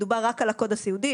מדובר רק על הקוד הסיעודי,